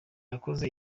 yakoze